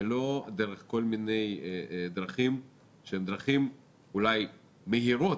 ולא דרך כל מיני דרכים שהן דרכים אולי מהירות,